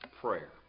prayer